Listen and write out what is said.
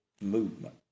movement